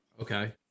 okay